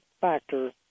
factor